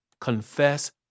confess